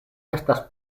estas